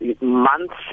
months